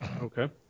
Okay